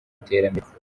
iterambere